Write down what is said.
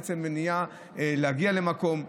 עצם המניעה להגיע למקום,